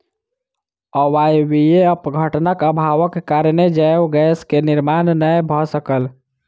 अवायवीय अपघटनक अभावक कारणेँ जैव गैस के निर्माण नै भअ सकल